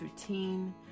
routine